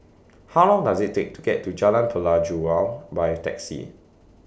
How Long Does IT Take to get to Jalan Pelajau By Taxi